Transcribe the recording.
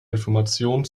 information